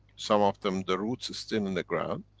some of them, the roots are still in the ground.